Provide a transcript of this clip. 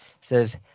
says